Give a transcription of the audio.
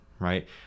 Right